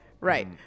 Right